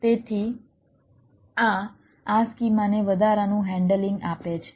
તેથી આ આ સ્કીમાને વધારાનું હેન્ડલિંગ આપે છે